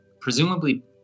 presumably